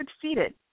succeeded